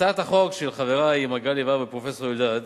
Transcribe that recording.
הצעות החוק של חברי מגלי והבה ופרופסור אלדד